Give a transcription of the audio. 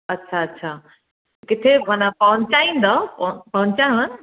अच्छा अच्छा किथे माना पहुचाईंदव प पहुचायांव